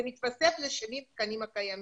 זה מתווסף ל-70 התקנים הקיימים.